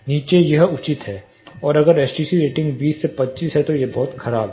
नीचे यह उचित है और अगर एसटीसी रेटिंग 20 से 25 है तो यह बहुत खराब है